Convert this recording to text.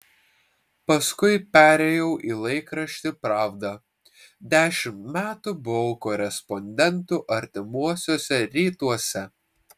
paskui perėjau į laikraštį pravda dešimt metų buvau korespondentu artimuosiuose rytuose